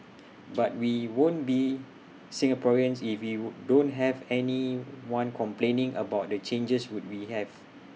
but we won't be Singaporeans if we would don't have anyone complaining about the changes would we have